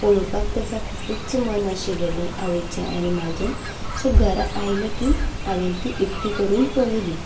पळोवपाक तर साप्प खुबूच मन आशिल्लें न्ही आवयचें आनी म्हजें सो घरा आयलें की हांवें ती उक्ती करून पळयली